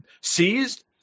seized